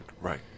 right